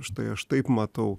štai aš taip matau